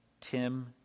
Tim